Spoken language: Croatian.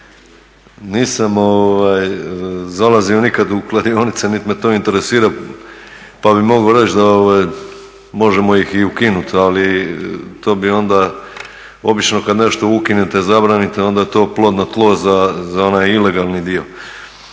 nisam zalazio nikad u kladionice nit me to interesira pa bi mogao reći da možemo ih i ukinut, ali to bi onda, obično kad nešto ukinete, zabranite onda je to plodno tlo za onaj ilegalni dio.